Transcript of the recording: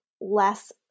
less